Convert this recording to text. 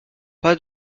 pas